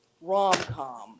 Rom-com